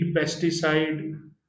pesticide